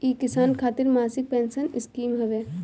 इ किसान खातिर मासिक पेंसन स्कीम हवे